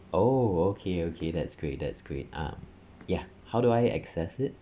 oh okay okay that's great that's great um ya how do I access it